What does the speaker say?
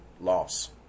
loss